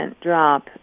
drop